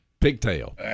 Pigtail